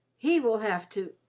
he will have to,